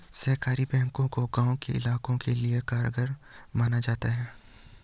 सहकारी बैंकों को गांव के इलाकों के लिये कारगर माना जाता है